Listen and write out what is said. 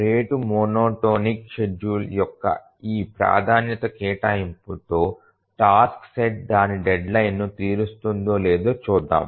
rate monotonic schedule యొక్క ఈ ప్రాధాన్యత కేటాయింపుతో టాస్క్ సెట్ దాని డెడ్లైన్ను తీరుస్తుందో లేదో చూద్దాం